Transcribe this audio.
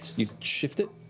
you shift it